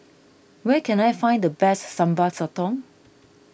where can I find the best Sambal Sotong